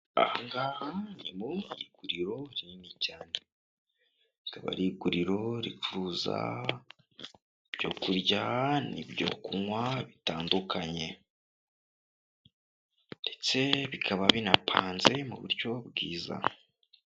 Aha ngaha ni mu iguriro rinini cyane, rikaba ari iguriro ricuruza ibyo kurya n'ibyo kunywa bitandukanye ndetse bikaba binapanze mu buryo bwiza.